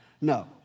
No